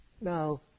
No